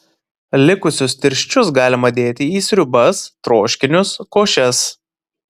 likusius tirščius galima dėti į sriubas troškinius košes